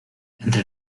entre